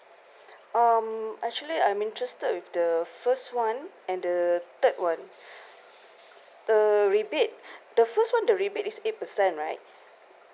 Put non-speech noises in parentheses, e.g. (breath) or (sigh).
(breath) um actually I'm interested with the first one and the third one (breath) the rebate the first one the rebate is eight percent right